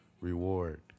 reward